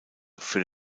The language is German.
für